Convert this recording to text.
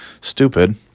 stupid